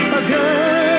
again